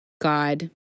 God